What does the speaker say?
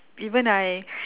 even I